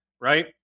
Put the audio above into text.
right